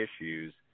issues